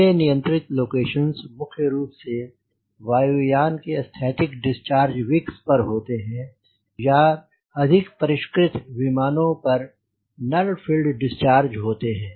ऐसे नियंत्रित लोकेशंस मुख्य रूप से वायु यान के स्थैतिक डिस्चार्ज विक्स पर होते हैं या अधिक परिष्कृत विमानों पर नल फील्ड डिस्चार्ज होते हैं